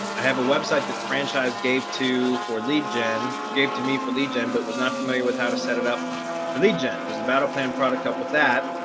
i have a website that franchise gave two for lead gen gave to me for lead gen but was not familiar with how to set it up for lead gen does the battle plan product up with that.